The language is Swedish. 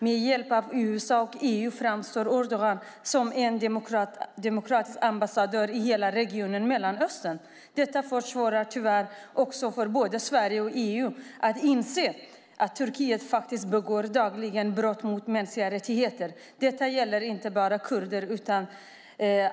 Med hjälp av USA och EU framstår Erdogan som en demokratisk ambassadör i hela regionen Mellanöstern. Det försvårar tyvärr också för både Sverige och EU att inse att Turkiet dagligen begår brott mot mänskliga rättigheter. Det gäller inte bara kurder.